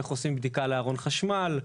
איך עושים בדיקה לארון חשמל.